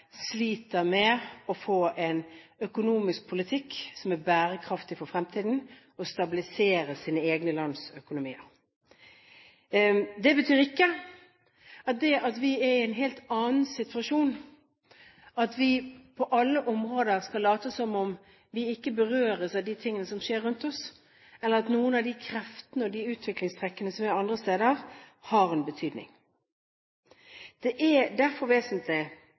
sliter med å få en økonomisk politikk som er bærekraftig for fremtiden, og å stabilisere sine egne lands økonomier. Det at vi er i en helt annen situasjon, betyr ikke at vi på alle områder skal late som om vi ikke berøres av de tingene som skjer rundt oss, eller at noen av de kreftene og de utviklingstrekkene som er andre steder, har en betydning. Det er derfor vesentlig